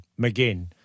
McGinn